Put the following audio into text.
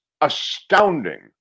astounding